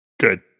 good